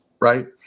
right